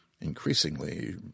increasingly